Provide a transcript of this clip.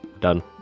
done